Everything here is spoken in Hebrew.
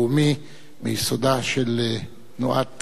מיסודה של תנועת מולדת.